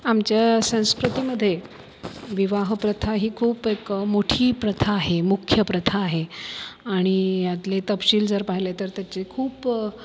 आमच्या संस्कृती मध्ये विवाह प्रथा ही खूप एक मोठी प्रथा आहे मुख्य प्रथा आहे आणि यातले तपशील जर पाहिले तर त्याचे खूप